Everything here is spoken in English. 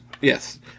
Yes